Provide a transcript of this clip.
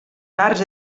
rars